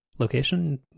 location